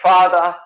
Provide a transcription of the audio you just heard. Father